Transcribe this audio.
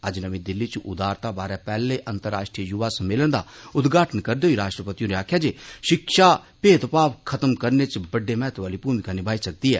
अज्ज नमीं दिल्ली च उदारता बारै पेहले अंतर्राष्ट्रीय युवा सम्मेलन दा उदघाटन करदे होई राष्ट्रपति होरें आक्खेआ जे शिक्षा भेदभाव खत्म करने च बड्डे महत्वै आली भूमिका निभाई सकदी ऐ